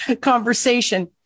conversation